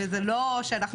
וזה לא שאנחנו